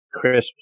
crisp